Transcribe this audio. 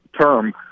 term